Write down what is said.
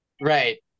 right